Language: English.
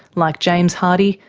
like james hardie,